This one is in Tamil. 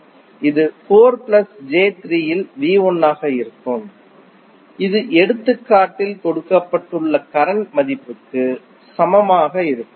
இது 4 j3 இல் ஆக இருக்கும் இது எடுத்துக்காட்டில் கொடுக்கப்பட்டுள்ள கரண்ட் மதிப்புக்கு சமமாக இருக்கும்